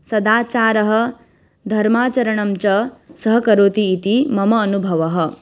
सदाचारः धर्माचरणञ्च सहकरोति इति मम अनुभवः